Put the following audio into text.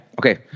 Okay